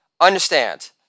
Understand